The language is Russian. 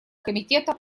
комитета